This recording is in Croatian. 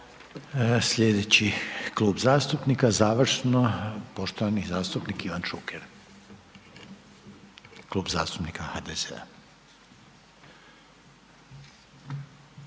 Sljedeći klub zastupnika završno poštovani zastupnik Ivan Šuker, Klub zastupnika HDZ-a.